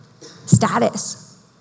status